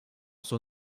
son